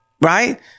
Right